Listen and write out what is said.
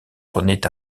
prenaient